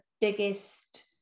biggest